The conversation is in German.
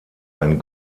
ein